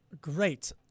great